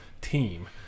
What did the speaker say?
team